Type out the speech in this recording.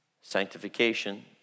Sanctification